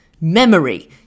Memory